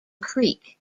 creek